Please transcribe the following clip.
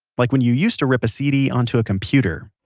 like when you used to rip a cd onto a computer